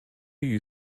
you